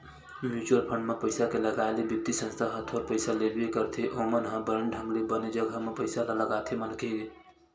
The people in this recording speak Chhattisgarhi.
म्युचुअल फंड म पइसा के लगाए ले बित्तीय संस्था ह थोर पइसा लेबे करथे ओमन ह बने ढंग ले बने जघा म पइसा ल लगाथे मनखे के